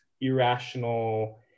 irrational